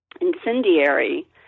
incendiary